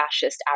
fascist